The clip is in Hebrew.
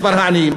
מספר העניים,